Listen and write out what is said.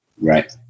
Right